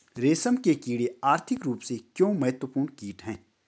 रेशम के कीड़े आर्थिक रूप से क्यों महत्वपूर्ण कीट हैं?